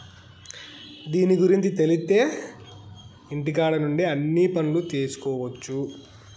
దీని గురుంచి తెలిత్తే ఇంటికాడ నుండే అన్ని పనులు చేసుకొవచ్చు